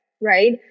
right